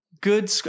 good